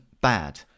bad